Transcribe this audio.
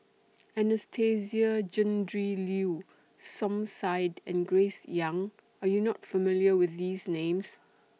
Anastasia Tjendri Liew Som Said and Grace Young Are YOU not familiar with These Names